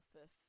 fifth